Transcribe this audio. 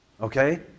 okay